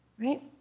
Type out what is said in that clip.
Right